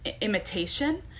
imitation